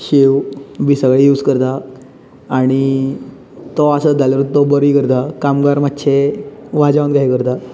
शेव बी सगळे यूज करतां आनी तो आसत जाल्यारुच बरी करतां कामगार मातशें वाजोन कशें करतां